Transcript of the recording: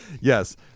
Yes